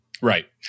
Right